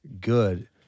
good